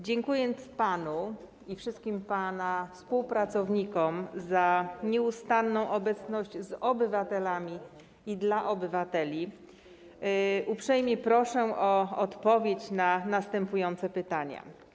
Dziękując panu i wszystkim pana współpracownikom za nieustanną obecność z obywatelami i dla obywateli, uprzejmie proszę o odpowiedź na następujące pytania: